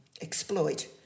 exploit